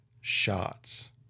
shots